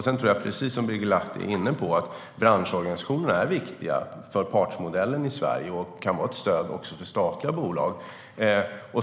Sedan tror jag, precis som Birger Lahti är inne på, att branschorganisationerna är viktiga för partsmodellen i Sverige och kan vara ett stöd också för statliga bolag.